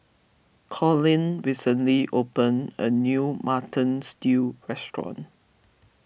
Collin recently opened a new Mutton Stew restaurant